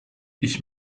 ich